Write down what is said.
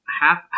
half